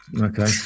okay